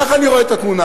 כך אני רואה את התמונה.